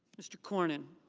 mr. cornyn.